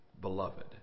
beloved